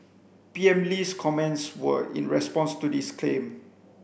P M Lee's comments were in response to this claim